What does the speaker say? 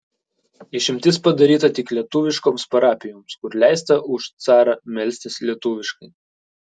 išimtis padaryta tik lietuviškoms parapijoms kur leista už carą melstis lietuviškai